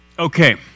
Okay